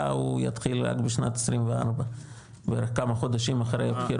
יתחיל בשנת 24 וכמה חודשים אחרי הבחירות.